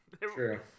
True